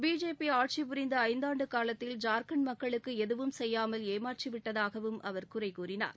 BJP ஆட்சிபுரிந்த ஐந்தாண்டு காலத்தில் ஜார்கண்ட் மக்களுக்கு எதுவும் செய்யாமல் ஏமாற்றிவிட்டதாகவும் அவர் குறை கூறினார்